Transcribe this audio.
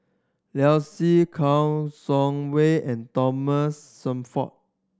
Liu Si Kouo Shang Wei and Thomas Shelford